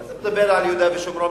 אני לא מדבר על יהודה ושומרון,